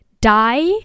die